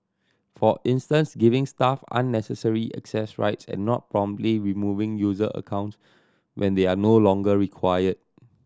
for instance giving staff unnecessary access rights and not promptly removing user account when they are no longer required